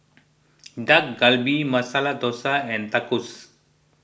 Dak Galbi Masala Dosa and Tacos